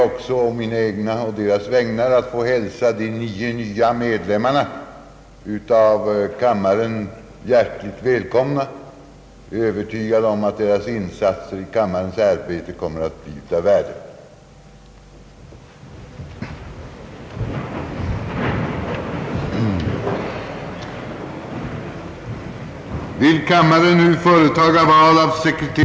också, å mina: egna och deras vägnar, , att få hälsa de nio nya ledamöterna av :kammaren :hjärtligt välkomna. Jag är övertygad om att deras insatser i kammarens arbete komrmer att bli av värde.